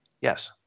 Yes